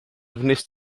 wnest